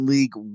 League